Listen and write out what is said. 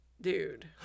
dude